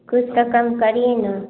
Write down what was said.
कुछ तो कम करिए न